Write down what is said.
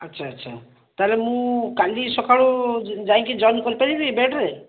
ଆଚ୍ଛା ଆଚ୍ଛା ତାହେଲେ ମୁଁ କାଲି ସକାଳୁ ଯାଇକି ଜଏନ୍ କରିପାରିଵି ବେଡ଼୍ରେ